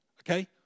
Okay